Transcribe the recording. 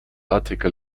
artikel